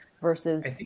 Versus